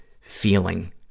feeling